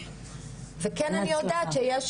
וכן אני יודעת שיש